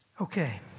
Okay